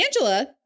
Angela